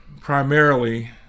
primarily